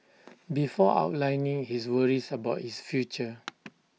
before outlining his worries about his future